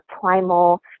primal